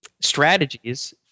strategies